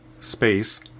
space